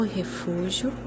refúgio